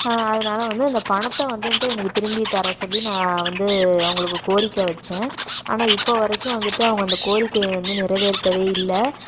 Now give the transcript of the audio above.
அதனால் வந்து இந்த பணத்தை வந்துட்டு எனக்கு திருப்பி தர சொல்லி நா வந்து அவங்களுக்கு கோரிக்கை வைச்சேன் ஆனால் இப்போது வரைக்கும் வந்துட்டு அவங்க இந்த கோரிக்கையை வந்து நிறைவேத்தவே இல்ல